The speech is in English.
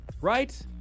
right